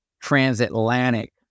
Transatlantic